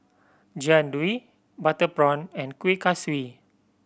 Jian Dui butter prawn and Kuih Kaswi